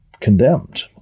condemned